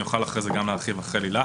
אני אוכל אחר כך להרחיב, אחרי לילך,